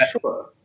sure